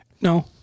No